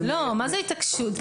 לא, מה זאת התעקשות?